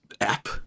app